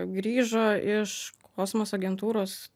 grįžo iš kosmoso agentūros